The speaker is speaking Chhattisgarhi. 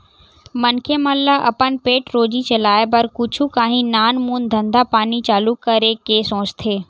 मनखे मन ल अपन पेट रोजी चलाय बर कुछु काही नानमून धंधा पानी चालू करे के सोचथे